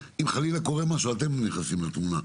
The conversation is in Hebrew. חלילה יקרה משהו אתם הרי כן תיכנסו לתמונה,